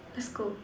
let's go